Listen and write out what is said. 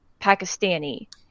Pakistani